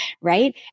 right